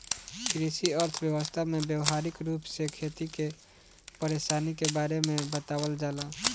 कृषि अर्थशास्त्र में व्यावहारिक रूप से खेती के परेशानी के बारे में बतावल जाला